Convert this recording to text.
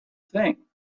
thing